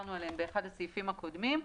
שדיברנו עליהם באחד הסעיפים הקודמים,